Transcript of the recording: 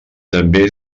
també